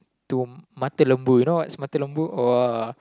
to mata lembu you know what's mata lembu or